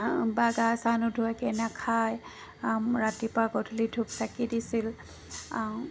বা গা চা নোধোৱাকৈ নাখায় ৰাতিপুৱা গধূলি ধূপ চাকি দিছিল